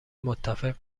متفق